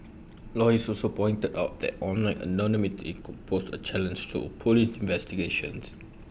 lawyers also pointed out that online anonymity could pose A challenge to Police investigations